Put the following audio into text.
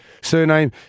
surname